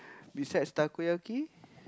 besides Takoyaki